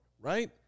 right